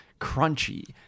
crunchy